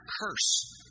curse